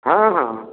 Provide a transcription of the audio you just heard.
ହଁ ହଁ